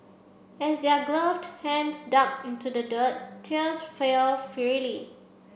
as their gloved hands dug into the dirt tears fell freely